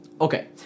Okay